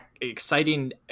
exciting